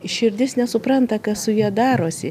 širdis nesupranta kas su ja darosi